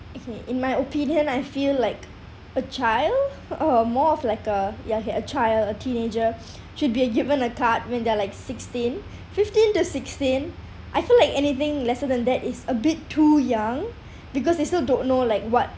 in my opinion I feel like a child uh more of like a ya a child a teenager should be given a card when they're like sixteen fifteen to sixteen I feel like anything lesser than that is a bit too young because they still don't know like what